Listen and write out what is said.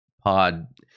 pod